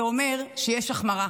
זה אומר שיש החמרה.